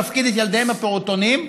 להפקיד את ילדיהם בפעוטונים.